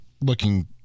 looking